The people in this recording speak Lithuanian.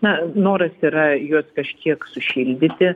na noras yra juos kažkiek sušildyti